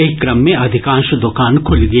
एहि क्रम मे अधिकांश दोकान खुलि गेल